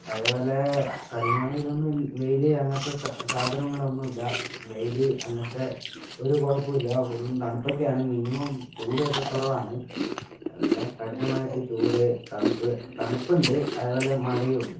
അതേപോലെ കഠിനമായ ഇതൊന്നും വെയിൽ അങ്ങനത്തെ സാധനങ്ങളൊന്നുമില്ല വെയിൽ അങ്ങനത്തെ ഒരു കുഴപ്പമില്ല ഫുള്ളും തണുപ്പൊക്കെയാണ് മിനിമം ചൂട് ഒക്കെ കുറവാണ് അതുപോലെ കഠിനമായിട്ട് ചൂട് തണുപ്പ് തണുപ്പുണ്ട് അതേപോലെ മഴയും ഉണ്ട്